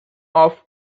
off